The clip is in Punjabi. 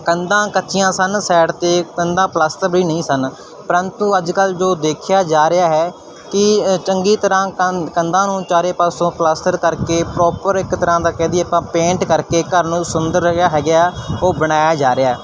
ਕੰਧਾਂ ਕੱਚੀਆਂ ਸਨ ਸਾਈਡ 'ਤੇ ਕੰਧਾਂ ਪਲੱਸਤਰ ਵੀ ਨਹੀਂ ਸਨ ਪਰੰਤੂ ਅੱਜ ਕੱਲ੍ਹ ਜੋ ਦੇਖਿਆ ਜਾ ਰਿਹਾ ਹੈ ਕਿ ਚੰਗੀ ਤਰ੍ਹਾਂ ਕੰਧ ਕੰਧਾਂ ਨੂੰ ਚਾਰੇ ਪਾਸੋਂ ਪਲੱਸਤਰ ਕਰਕੇ ਪ੍ਰੋਪਰ ਇੱਕ ਤਰ੍ਹਾਂ ਦਾ ਕਹਿ ਦਈਏ ਆਪਾਂ ਪੇਂਟ ਕਰਕੇ ਘਰ ਨੂੰ ਸੁੰਦਰ ਜਿਹੜਾ ਹੈਗੇ ਆ ਉਹ ਬਣਾਇਆ ਜਾ ਰਿਹਾ